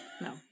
No